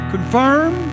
Confirm